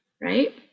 right